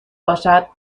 باشد